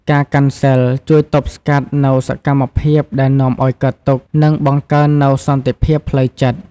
ការកាន់សីល ជួយទប់ស្កាត់នូវសកម្មភាពដែលនាំឱ្យកើតទុក្ខ និងបង្កើននូវសន្តិភាពផ្លូវចិត្ត។